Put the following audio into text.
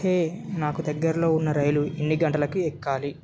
హే నాకు దగ్గరలో ఉన్న రైలు ఎన్ని గంటలకి ఎక్కాలి